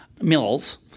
mills